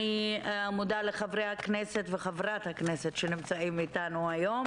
אני מודה לחברי הכנסת וחברות הכנסת שנמצאים אתנו היום,